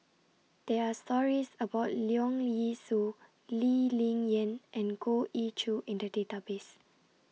There Are stories about Leong Yee Soo Lee Ling Yen and Goh Ee Choo in The Database